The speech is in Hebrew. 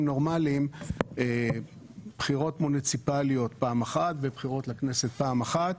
נורמליים בחירות מוניציפאליות פעם אחת ובחירות לכנסת פעם אחת,